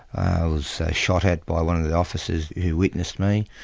was shot at by one of the officers who witnessed me,